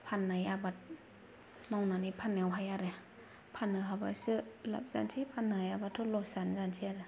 फाननाय आबाद मावनानै फाननायावहाय आरो फाननो हाबासो लाब जानोसै फाननो हायाबाथ' लसानो जानोसै आरो